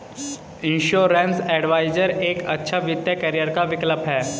insurance adviser एक अच्छा वित्तीय करियर का विकल्प है